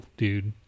dude